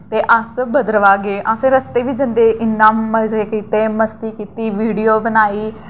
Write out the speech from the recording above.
ते अस भद्रवाह् गे अस रस्ते बी जंदे इन्ना मजे कीते मस्ती कीती वीडियो बनाई